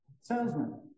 Salesman